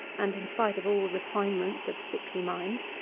and, in spite of all refinements of sickly minds,